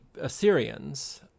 Assyrians